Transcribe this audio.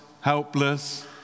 helpless